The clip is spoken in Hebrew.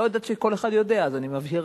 אני לא יודעת אם כל אחד יודע אז אני מבהירה.